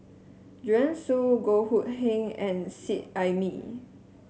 Joanne Soo Goh Hood Keng and Seet Ai Mee